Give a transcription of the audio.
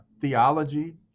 theology